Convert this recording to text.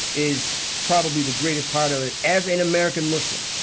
is probably the greatest part of it as an american-muslim.